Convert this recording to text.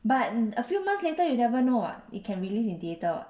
but a few months later you never know [what] it can release in theater [what]